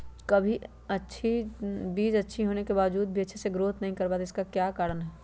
कभी बीज अच्छी होने के बावजूद भी अच्छे से नहीं ग्रोथ कर पाती इसका क्या कारण है?